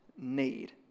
need